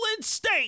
state